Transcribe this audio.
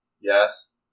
Yes